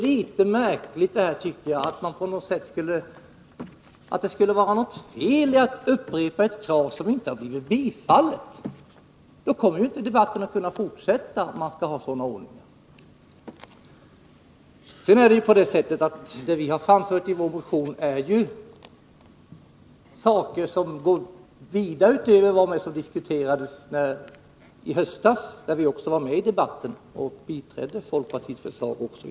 Nog är det litet egendomligt att det skulle vara något feli att upprepa ett krav som inte har blivit bifallet. Debatten kommer ju inte att kunna fortsätta, om man skall ha en sådan ordning. Vad vi har framfört i vår motion är saker som går vida utöver vad som diskuterades i höstas, när vi också var med i debatten och biträdde folkpartiets förslag.